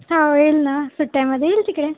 हो येईल ना सुट्ट्यांमध्ये येईल तिकडे